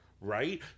Right